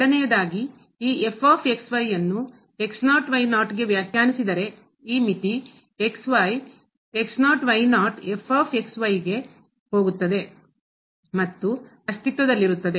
ಎರಡನೆಯದಾಗಿ ಈ ಅನ್ನು ಗೆ ವ್ಯಾಖ್ಯಾನಿಸಿದರೆ ಈ ಮಿತಿ ಗೆ ಹೋಗುತ್ತದೆ ಮತ್ತು ಅಸ್ತಿತ್ವದಲ್ಲಿರುತ್ತದೆ